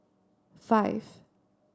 five